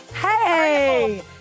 hey